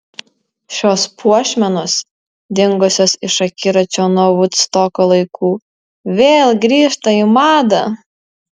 šios puošmenos dingusios iš akiračio nuo vudstoko laikų vėl grįžta į madą